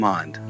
Mind